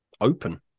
open